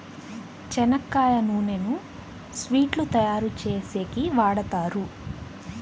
చెనక్కాయ నూనెను స్వీట్లు తయారు చేసేకి వాడుతారు